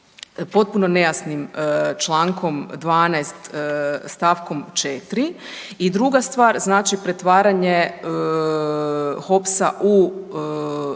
potpuno nejasnim Člankom 12. stavkom 4. i druga stvar znači pretvaranje HOPS-a u d.d.,